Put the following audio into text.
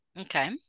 Okay